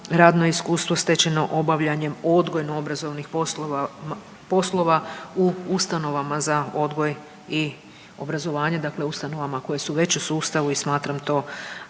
radno iskustvo stečeno obavljanjem odgojno obrazovnih poslova u ustanovama za odgoj i obrazovanje, dakle ustanovama koje su već u sustavu i smatram to dobrom